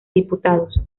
diputados